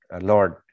Lord